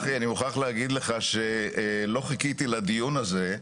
צחי, אני מוכרח להגיד לך שלא חיכיתי לדיון הזה.